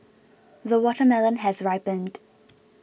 the watermelon has ripened